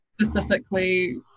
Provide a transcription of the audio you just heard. Specifically